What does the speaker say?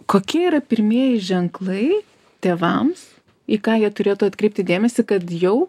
kokie yra pirmieji ženklai tėvams į ką jie turėtų atkreipti dėmesį kad jau